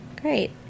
Great